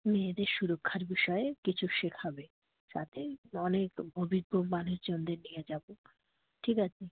মেয়েদের সুরক্ষার বিষয়ে কিছু শেখাবে যাতে অনেক অভিজ্ঞ মানুষজনদের নিয়ে যাবো ঠিক আছে